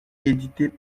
éditée